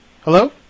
Hello